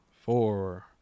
Four